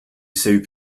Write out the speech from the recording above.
salut